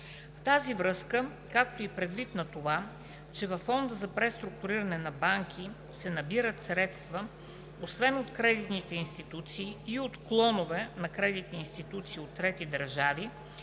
В тази връзка, както и предвид на това, че във Фонда за преструктуриране на банки се набират средства освен от кредитните институции, и от клонове на кредитни институции от трети държави,